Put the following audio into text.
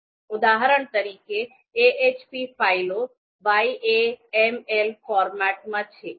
ઉદાહરણ તરીકે ahp ફાઇલો YAML ફોર્મેટમાં છે